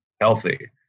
healthy